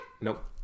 nope